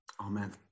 Amen